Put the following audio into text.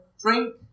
drink